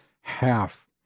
half